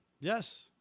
Yes